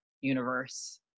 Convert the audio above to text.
universe